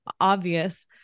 obvious